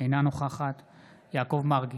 אינה נוכחת יעקב מרגי,